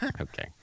Okay